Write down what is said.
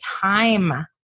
time